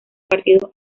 partidos